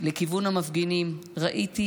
לכיוון המפגינים, ראיתי